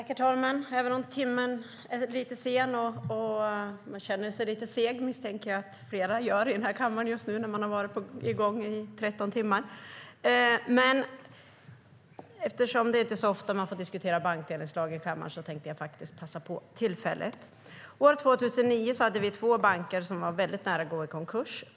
Herr talman! Timmen är sen, och jag misstänker att det är flera i denna kammare som känner sig lite sega nu när vi har varit i gång i 13 timmar, men eftersom det inte är så ofta man får diskutera en bankdelningslag i kammaren tänker jag faktiskt passa på. År 2009 hade vi två banker som var väldigt nära att gå i konkurs.